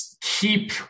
keep